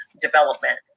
development